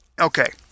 Okay